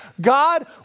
God